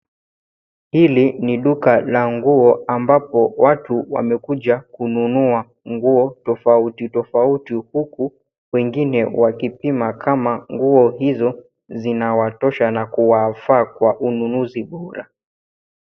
Hili ni duka na nguo ambapo watu wamekuja kununua nguo tofauti tofauti huku wengine wakipima kama nguo hizo zinawatosha na kuwafaa kwa ununuzi bora.